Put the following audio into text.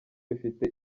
ifite